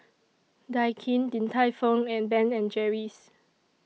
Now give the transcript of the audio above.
Daikin Din Tai Fung and Ben and Jerry's